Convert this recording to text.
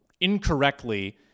incorrectly